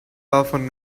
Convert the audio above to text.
often